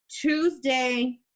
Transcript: Tuesday